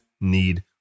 need